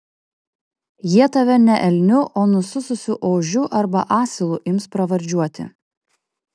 jie tave ne elniu o nusususiu ožiu arba asilu ims pravardžiuoti